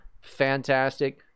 Fantastic